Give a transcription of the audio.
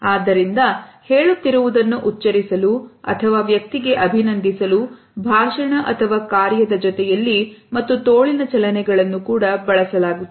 ಆದ್ದರಿಂದ ಹೇಳುತ್ತಿರುವುದನ್ನು ಉಚ್ಚರಿಸಲು ಅಥವಾ ವ್ಯಕ್ತಿಗೆ ಅಭಿನಂದಿಸಲು ಭಾಷಣ ಅಥವಾ ಕಾರ್ಯದ ಜೊತೆಯಲ್ಲಿ ಮತ್ತು ತೋಳಿನ ಚಲನೆಗಳನ್ನು ಬಳಸಲಾಗುತ್ತದೆ